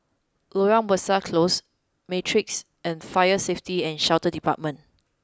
Loyang Besar Close Matrix and Fire Safety and Shelter Department